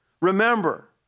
Remember